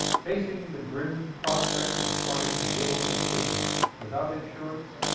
facing the grim prospect of trying to build a city without insurance,